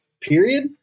period